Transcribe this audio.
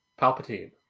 Palpatine